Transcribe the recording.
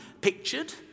pictured